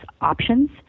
options